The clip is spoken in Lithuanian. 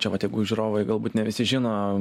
čia vat jeigu žiūrovai galbūt ne visi žino